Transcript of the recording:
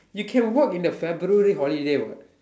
you can work in the February holiday what